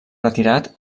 retirat